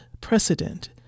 Precedent